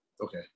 Okay